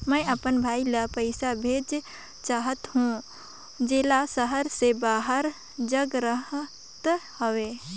मैं अपन भाई ल पइसा भेजा चाहत हों, जेला शहर से बाहर जग रहत हवे